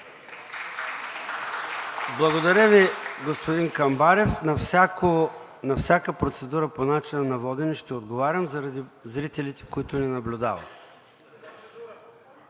Благодаря Ви, господин Камбарев. На всяка процедура по начина на водене ще отговарям заради зрителите, които ни наблюдават.